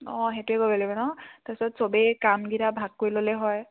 অঁ সেইটোৱে কৰিব লাগিব ন তাৰপিছত চবেই কামকেইটা ভাগ কৰি ল'লে হয়